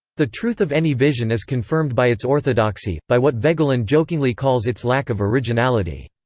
the truth of any vision is confirmed by its orthodoxy, by what voegelin jokingly calls its lack of originality.